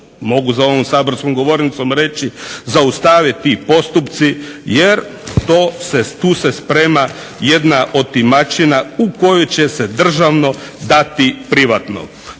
mogu za ovom saborskom govornicom reći zaustaviti postupci jer tu se sprema jedna otimačina u kojoj će se državno dati privatnom.